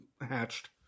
hatched